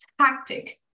tactic